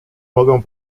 mogę